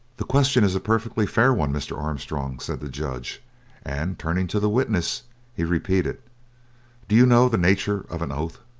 the question is a perfectly fair one, mr. armstrong, said the judge and turning to the witness he repeated do you know the nature of an oath?